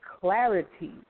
clarity